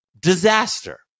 disaster